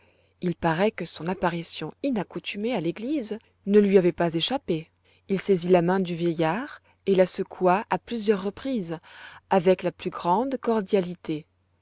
il paraît que son apparition inaccoutumée à l'église ne lui avait pas échappé il saisit la main du vieillard et la secoua à plusieurs reprises avec la plus grande cordialité